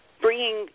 bringing